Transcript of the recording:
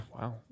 wow